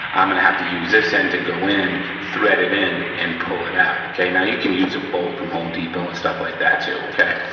i'm gonna have to use this end to go in, thread it in, and pull it out, okay. now, you can use a bolt from home depot and stuff like that too, okay.